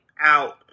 out